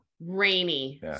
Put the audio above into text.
rainy